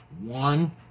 one